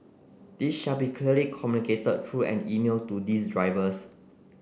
this shall be clearly communicated through an email to these drivers